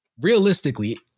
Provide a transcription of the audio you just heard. Realistically